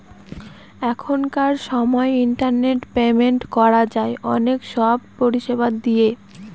এখনকার সময় internet payment করা যায় অনেক সব পরিষেবা দিয়ে